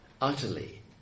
utterly